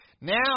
Now